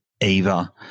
Eva